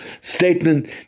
statement